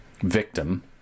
victim